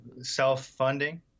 self-funding